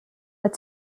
but